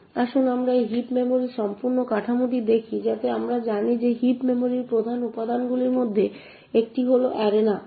এখন আসুন আমরা এই হিপ মেমরির সম্পূর্ণ কাঠামোটি দেখি যাতে আমরা জানি যে হিপ মেমরির প্রধান উপাদানগুলির মধ্যে একটি হল অ্যারেনা